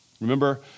Remember